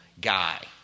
guy